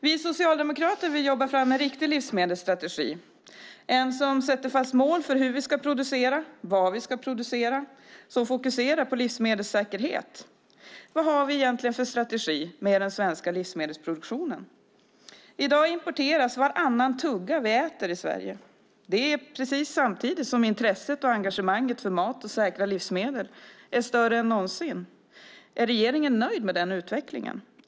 Vi socialdemokrater vill jobba fram en riktig livsmedelsstrategi, en som sätter fast mål för hur vi ska producera, vad vi ska producera och som fokuserar på livsmedelssäkerhet. Vad har vi egentligen för strategi med den svenska livsmedelsproduktionen? I dag importeras varannan tugga vi äter i Sverige. Det sker samtidigt som engagemanget för mat och säkra livsmedel är större än någonsin. Är regeringen nöjd med denna utveckling?